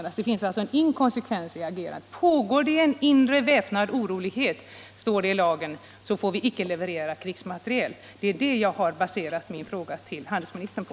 Det finns alltså en inkonsekvens i vårt agerande. Pågår det en inre väpnad orolighet, står det i lagen, får vi icke leverera krigsmateriel. Det är det jag har baserat min fråga till handelsministern på.